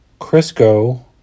Crisco